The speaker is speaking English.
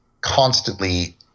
constantly